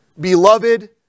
Beloved